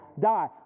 Die